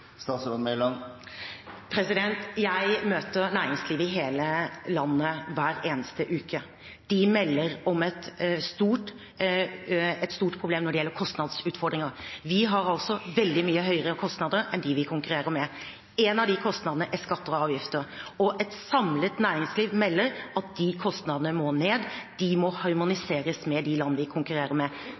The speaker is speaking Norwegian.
Jeg møter næringslivet i hele landet hver eneste uke. De melder om et stort problem når det gjelder kostnadsutfordringer. Vi har altså veldig mye høyere kostnader enn dem vi konkurrerer med. En av de kostnadene er skatter og avgifter, og et samlet næringsliv melder at de kostnadene må ned, de må harmoniseres med de land vi konkurrerer med.